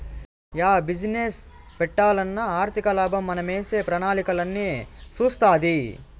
yeah business పెట్టాలన్నా ఆర్థికలాభం మనమేసే ప్రణాళికలన్నీ సూస్తాది